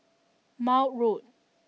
Maude Road